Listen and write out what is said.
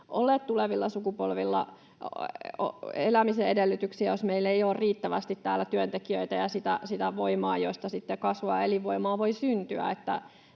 ole tulevilla sukupolvilla elämisen edellytyksiä, jos meillä ei ole riittävästi täällä työntekijöitä ja sitä voimaa, josta sitten kasvavaa elinvoimaa voi syntyä.